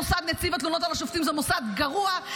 מוסד נציב התלונות על השופטים זה מוסד גרוע,